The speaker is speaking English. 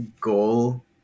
goal